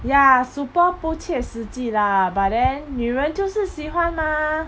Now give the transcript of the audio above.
ya super 不切实际 lah but then 女人就是喜欢吗